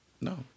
No